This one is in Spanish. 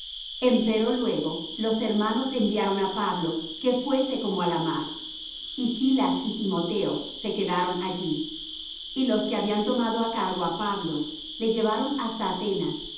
pueblo empero luego los hermanos enviaron á pablo que fuese como á la mar y silas y timoteo se quedaron allí y los que habían tomado á cargo á pablo le llevaron hasta atenas